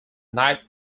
night